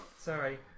Sorry